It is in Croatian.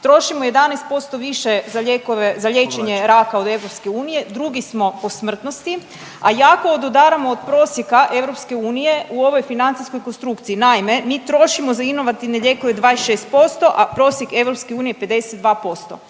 trošimo 11% više za lijekove, za liječenje raka od EU, drugi smo po smrtnosti, a jako odudaramo od prosjeka EU u ovoj financijskoj konstrukciji. Naime, mi trošimo za inovativne lijekove 26%, a prosjek EU je 52%.